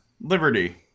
liberty